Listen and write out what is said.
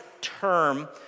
term